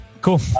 cool